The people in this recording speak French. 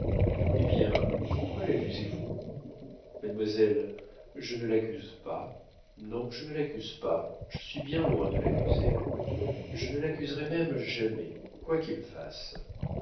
eh bien pourquoi laccusez vous mademoiselle je ne l'accuse pas non je ne l'accuse pas je suis bien loin de l'accuser je ne l'accuserai même jamais quoi qu'il fasse